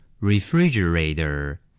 Refrigerator